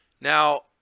Now